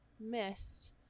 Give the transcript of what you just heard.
missed